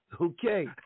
Okay